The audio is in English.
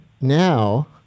now